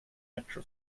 metro